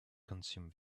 consume